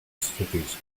studies